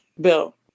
bill